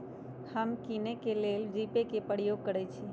हम किने के लेल जीपे कें प्रयोग करइ छी